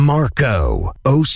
Marco